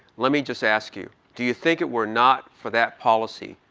let me just ask you, do you think it were not for that policy,